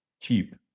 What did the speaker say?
cheap